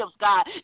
God